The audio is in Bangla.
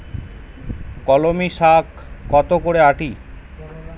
কলমি শাখ কত করে আঁটি?